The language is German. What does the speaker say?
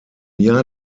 jahr